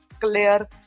clear